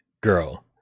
girl